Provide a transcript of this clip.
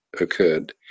occurred